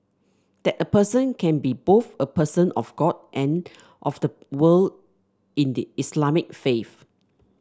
that a person can be both a person of God and of the world in the Islamic faith